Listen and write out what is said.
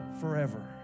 forever